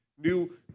new